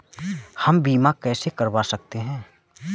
हम बीमा कैसे करवा सकते हैं?